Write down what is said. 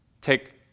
take